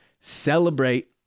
Celebrate